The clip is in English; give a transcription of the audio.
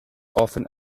often